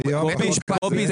זה